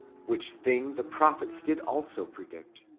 which thing the prophets did also predict.